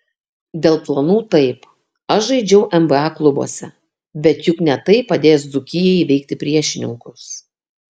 dėl planų taip aš žaidžiau nba klubuose bet juk ne tai padės dzūkijai įveikti priešininkus